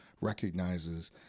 recognizes